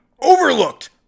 overlooked